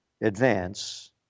advance